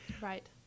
Right